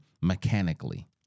mechanically